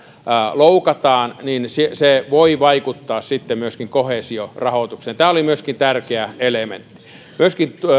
loukataan niin se se voi vaikuttaa sitten koheesiorahoitukseen tämä oli tärkeä elementti myöskin